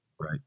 Right